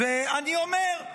ואני אומר: